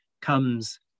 comes